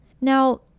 now